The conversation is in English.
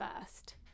first